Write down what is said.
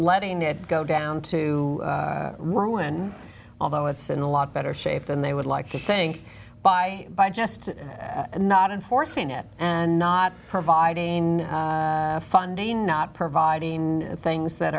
letting it go down to ruin although it's in a lot better shape than they would like you think by by just not enforcing it and not providing funding not providing things that